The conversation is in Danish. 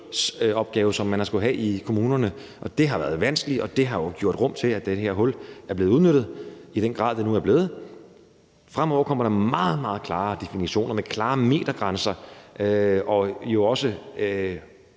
som man skulle have i kommunerne. Det har været vanskeligt, og det har skabt plads til, at det her hul er blevet udnyttet i den grad, det nu er blevet. Fremover kommer der meget, meget klare definitioner med klare metergrænser, som jo vil